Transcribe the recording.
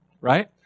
Right